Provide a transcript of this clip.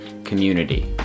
community